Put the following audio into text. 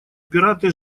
пираты